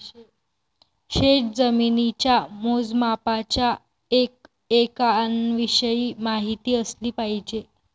शेतजमिनीच्या मोजमापाच्या एककांविषयी माहिती असली पाहिजे